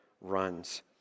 runs